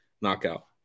knockout